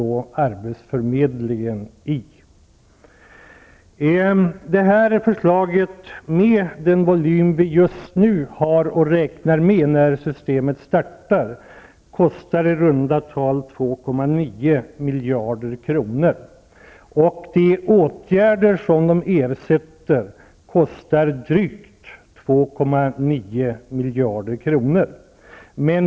Arbetsförmedlingen håller i den delen. Förslaget -- med den volym vi har att räkna med när systemet startar -- kommer att kosta i runda tal 2,9 miljarder kronor. De åtgärder som det här systemet ersätter kostar drygt 2,9 miljarder kronor.